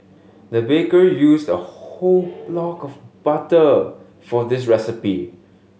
the baker used a whole block of butter for this recipe